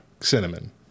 cinnamon